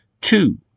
two